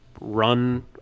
run